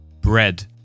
bread